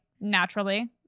naturally